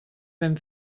ben